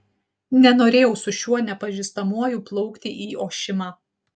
nenorėjau su šiuo nepažįstamuoju plaukti į ošimą